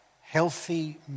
healthy